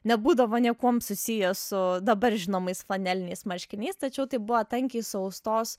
nebūdavo niekuom susiję su dabar žinomais flaneliniais marškiniais tačiau tai buvo tankiai suaustos